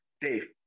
Dave